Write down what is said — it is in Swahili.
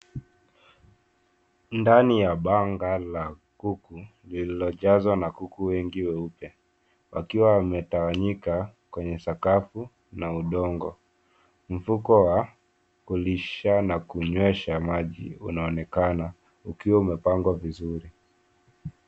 Ndani ya Banga la kuku lililojazwa na kuku wengi weupe wakiwa wametawanyika kwenye sakafu na udongo. Mfumo wa kukishacba kunyesha maji unaonekana ukiwa umepangwa vizuri.